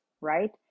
right